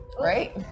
right